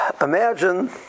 imagine